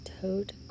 toad